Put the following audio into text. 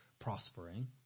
prospering